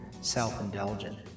self-indulgent